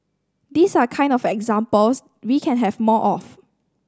these are kind of examples we can have more of